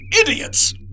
idiots